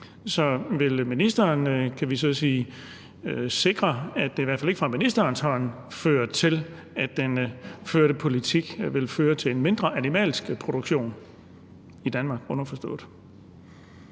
Så vil ministeren sikre, at det i hvert fald ikke fra ministerens hånd fører til, at den førte politik vil føre til en mindre animalsk produktion, underforstået